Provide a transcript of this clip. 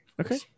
okay